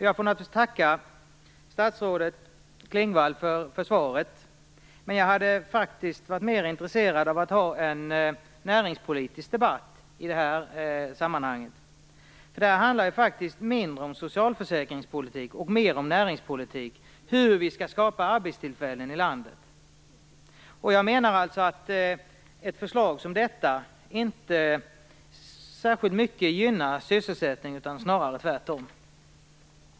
Jag får naturligtvis tacka statsrådet Klingvall för svaret, men jag hade faktiskt varit mer intresserad av en näringspolitisk debatt i detta sammanhang. Det handlar mindre om socialförsäkringspolitik och mer om näringspolitik, om hur vi skall skapa arbetstillfällen i landet. Jag menar alltså att ett förslag som detta inte gynnar sysselsättningen särskilt mycket, snarare tvärtom.